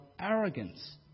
arrogance